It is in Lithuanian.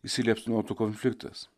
įsiliepsnotų konfliktas